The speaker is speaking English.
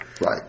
Right